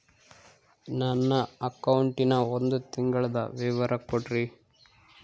ನನ್ನ ಅಕೌಂಟಿನ ಒಂದು ತಿಂಗಳದ ವಿವರ ಕೊಡ್ರಿ?